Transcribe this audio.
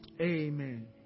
amen